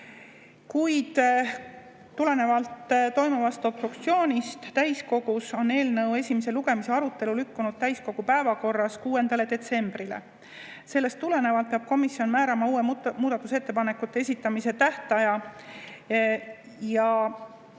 kuid tulenevalt täiskogus toimuvast obstruktsioonist oli eelnõu esimese lugemise arutelu lükkunud täiskogu päevakorras 6. detsembrile. Sellest tulenevalt pidi komisjon määrama uue muudatusettepanekute esitamise tähtaja.